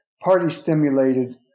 party-stimulated